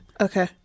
Okay